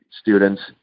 students